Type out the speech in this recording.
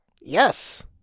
Yes